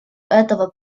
этого